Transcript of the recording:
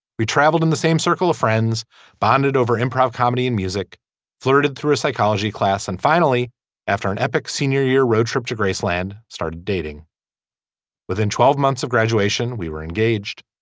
we traveled in the same circle of friends bonded over improv comedy and music flirted through a psychology class and finally after an epic senior year road trip to graceland started dating within twelve months of graduation we were engaged.